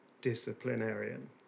disciplinarian